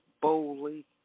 boldly